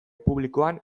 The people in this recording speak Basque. publikoan